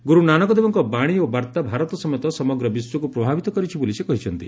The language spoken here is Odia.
ଗୁର୍ ନାନକଦେବଙ୍କ ବାଶୀ ଓ ବାର୍ତ୍ତା ଭାରତ ସମେତ ସମଗ୍ର ବିଶ୍ୱକୁ ପ୍ରଭାବିତ କରିଛି ବୋଲି ସେ କହିଛନ୍ତି